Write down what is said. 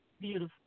Beautiful